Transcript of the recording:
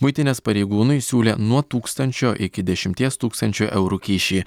muitinės pareigūnui siūlė nuo tūkstančio iki dešimties tūkstančių eurų kyšį